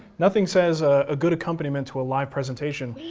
nothing says ah a good accompaniment to a live presentation.